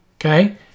okay